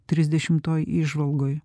trisdešimtoj įžvalgoj